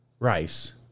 Rice